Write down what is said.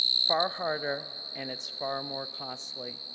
far harder, and it's far more costly,